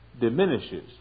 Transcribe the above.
diminishes